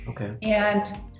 Okay